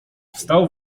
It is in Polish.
wstał